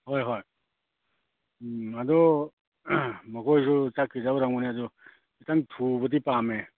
ꯍꯣꯏ ꯍꯣꯏ ꯎꯝ ꯑꯗꯣ ꯃꯈꯣꯏꯁꯨ ꯆꯠꯈꯤꯗꯧ ꯑꯣꯏꯔꯝꯒꯅꯤ ꯑꯗꯨ ꯈꯤꯇꯪ ꯊꯧꯕꯗꯤ ꯄꯥꯝꯃꯦ